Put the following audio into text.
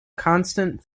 constant